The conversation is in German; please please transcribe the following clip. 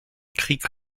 krieg